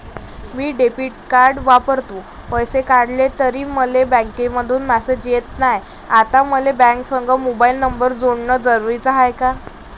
मी debit card वापरतो, पैसे काढले तरी मले बँकेमंधून मेसेज येत नाय, आता मले बँकेसंग मोबाईल नंबर जोडन जरुरीच हाय का?